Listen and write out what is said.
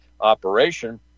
operation